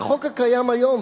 והחוק הקיים היום,